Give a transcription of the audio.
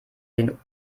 den